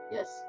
Yes